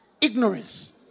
Ignorance